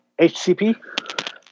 HCP